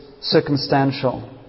circumstantial